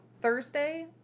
Thursday